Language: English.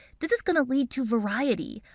this is going to lead to variety.